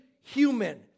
human